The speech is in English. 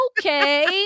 Okay